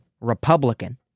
Republican